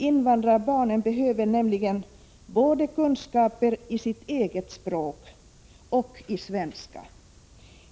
Invandrarbarnen behöver nämligen kunskaper både i sitt eget språk och i svenska.